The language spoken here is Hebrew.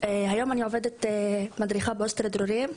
היום אני עובדת כמדריכה בהוסטל ׳דרורים׳.